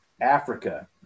africa